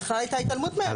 בכלל הייתה התעלמות מהם.